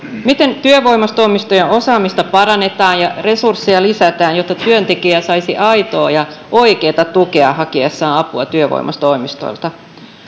miten työvoimatoimistojen osaamista parannetaan ja resursseja lisätään jotta työntekijä saisi aitoa ja oikeata tukea hakiessaan apua työvoimatoimistoista